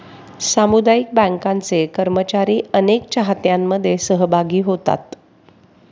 सामुदायिक बँकांचे कर्मचारी अनेक चाहत्यांमध्ये सहभागी होतात